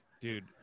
Dude